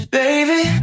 baby